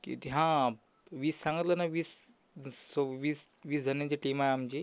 किती हां वीस सांगितलं ना वीस सव्वीस वीसजणांची टीम आहे आमची